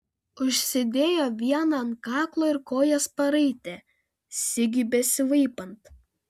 užsidėjo vieną ant kaklo ir kojas paraitė sigiui besivaipant